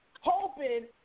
hoping